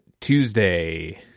Tuesday